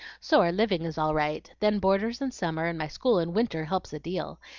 so our living is all right then boarders in summer and my school in winter helps a deal,